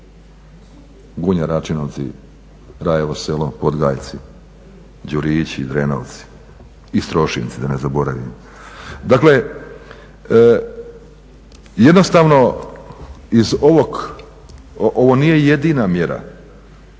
Gunja, Račinovci, Rajovo selo, Podgajci, Đurići, Drenovci i Strošinci, da ne zaboravim. Dakle, jednostavno iz ovog, ovo nije jedina mjera